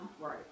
Right